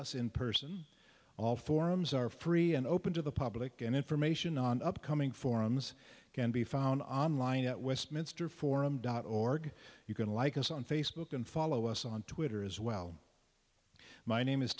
us in person all forums are free and open to the public and information on upcoming forums can be found online at westminster forum dot org you can like us on facebook and follow us on twitter as well my name is